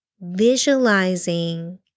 visualizing